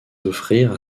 offrir